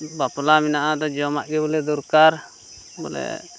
ᱵᱟᱯᱞᱟ ᱢᱮᱱᱟᱜᱼᱟ ᱟᱫᱚ ᱡᱚᱢᱟᱜ ᱜᱮ ᱵᱚᱞᱮ ᱫᱚᱨᱠᱟᱨ ᱵᱚᱞᱮ